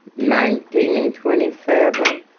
nineteen and twenty seven.